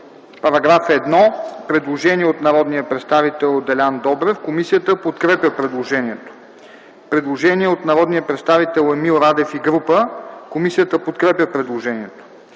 По § 1 има предложение от народния представител Делян Добрев. Комисията подкрепя предложението. Предложение от народния представител Емил Радев и група народни представители. Комисията подкрепя предложението.